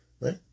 Right